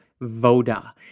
Voda